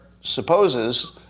supposes